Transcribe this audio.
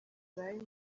ibaye